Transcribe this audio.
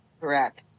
Correct